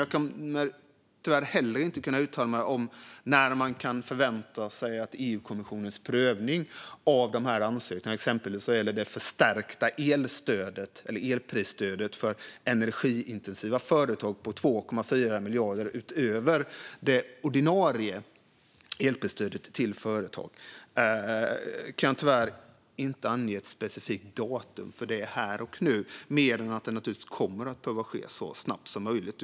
Jag kommer tyvärr heller inte att kunna uttala mig om när man kan förvänta sig EU-kommissionens prövning av ansökningarna, exempelvis vad gäller det förstärkta elprisstödet för energiintensiva företag på 2,4 miljarder utöver det ordinarie elprisstödet till företag. Jag kan tyvärr inte ange ett specifikt datum för det här och nu, mer än att det naturligtvis kommer att behöva ske så snabbt som möjligt.